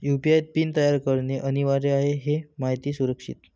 UPI PIN तयार करणे अनिवार्य आहे हे माहिती सुरक्षित